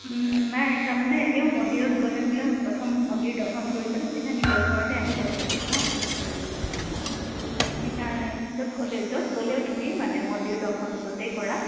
নাই তাৰমানে এনেও মন্দিৰত গ'লে বোলে প্ৰথম মন্দিৰ দৰ্শন কৰি পেলাই চিধা নিজৰ ঘৰতে আহিব লাগে বোলে হা অঁ সেইকাৰণে য'ত গ'লে য'ত গ'লেও তুমি মানে মন্দিৰ দৰ্শন য'তেই কৰা